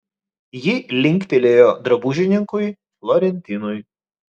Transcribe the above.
ji linktelėjo drabužininkui florentinui